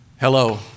Hello